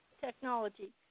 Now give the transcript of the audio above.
technology